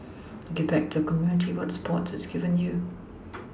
give back to the community what sports has given you